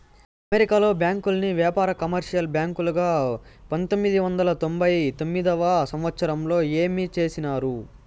అమెరికాలో బ్యాంకుల్ని వ్యాపార, కమర్షియల్ బ్యాంకులుగా పంతొమ్మిది వందల తొంభై తొమ్మిదవ సంవచ్చరంలో ఏరు చేసినారు